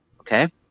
okay